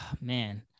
Man